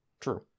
true